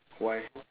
why